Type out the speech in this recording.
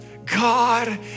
God